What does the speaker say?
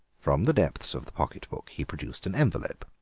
from the depths of the pocket-book he produced an envelope,